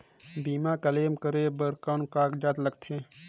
बीमा क्लेम करे बर कौन कागजात लगथे?